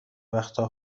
وقتا